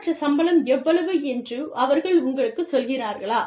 குறைந்தபட்ச சம்பளம் எவ்வளவு என்று அவர்கள் உங்களுக்குச் சொல்கிறார்களா